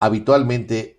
habitualmente